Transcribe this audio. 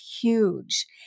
huge